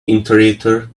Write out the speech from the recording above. iterator